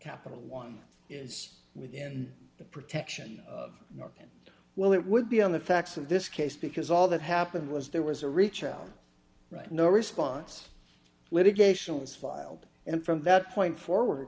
capital one is within the protection of new york and well it would be on the facts of this case because all that happened was there was a reach out right no response litigation was filed and from that point for